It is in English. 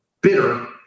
bitter